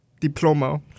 diploma